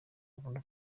hagomba